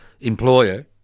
employer